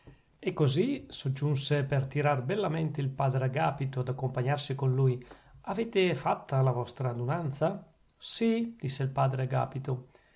e così soggiunse per tirar bellamente il padre agapito ad accompagnarsi con lui avete fatta la vostra radunanza sì disse il padre agapito